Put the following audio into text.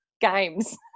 Games